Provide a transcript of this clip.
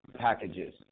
packages